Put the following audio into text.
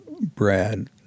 Brad